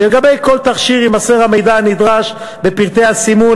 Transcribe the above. שלגבי כל תכשיר יימסר המידע הנדרש בפרטי הסימון,